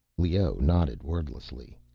leoh nodded wordlessly.